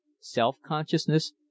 Self-consciousness